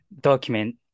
document